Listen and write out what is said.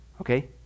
Okay